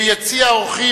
ביציע האורחים,